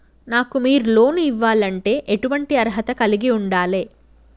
నాకు మీరు లోన్ ఇవ్వాలంటే ఎటువంటి అర్హత కలిగి వుండాలే?